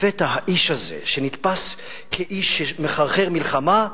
לפתע האיש הזה, שנתפס כאיש שמחרחר מלחמה,